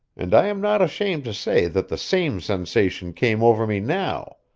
and i am not ashamed to say that the same sensation came over me now,